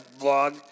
vlog